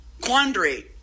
quandary